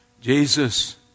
Jesus